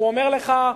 והוא אומר לך,